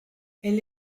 elle